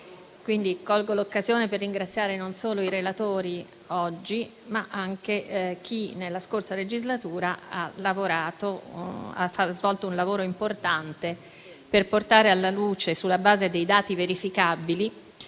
quindi l'occasione per ringraziare non solo i relatori, oggi, ma anche chi nella scorsa legislatura ha svolto un lavoro importante, per portare alla luce, sulla base di dati verificabili,